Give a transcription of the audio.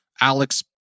Alex